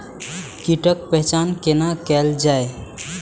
कीटक पहचान कैना कायल जैछ?